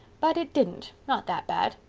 but it didn't, not that bad.